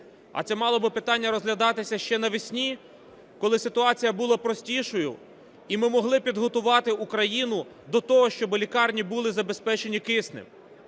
а це мало би питання розглядатися ще навесні, коли ситуація була простішою і ми могли підготувати Україну до того, щоби лікарні були забезпечені киснем.